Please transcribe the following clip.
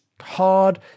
Hard